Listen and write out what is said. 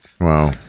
Wow